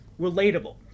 relatable